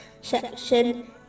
section